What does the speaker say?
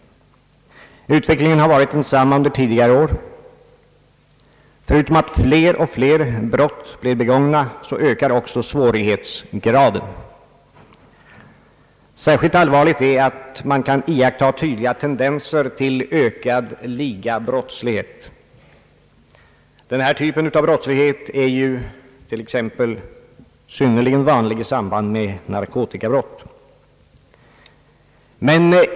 Utvecklingen har varit densamma under tidigare år. Förutom att fler och fler brott blir begångna, ökar också svårighetsgraden. Särskilt allvarligt är att man kan iaktta tydliga tendenser till ökad ligabrottslighet. Denna typ av brottslighet är t.ex. synnerligen vanlig i samband med narkotikabrott.